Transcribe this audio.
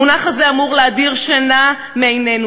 המונח הזה אמור להדיר שינה מעינינו.